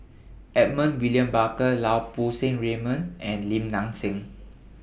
Edmund William Barker Lau Poo Seng Raymond and Lim Nang Seng